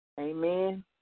Amen